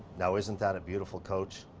now isn't that a beautiful coach?